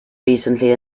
recently